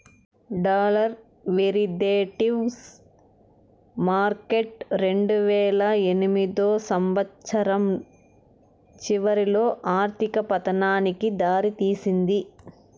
dollar derivatives market రెండువేల ఎనిమిదో సంవచ్చరం చివరిలో ఆర్థిక పతనానికి దారి తీసింది